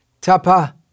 Tapa